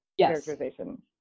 characterization